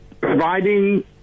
providing